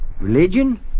Religion